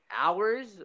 Hours